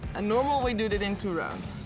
ah normally, we do that in two runs.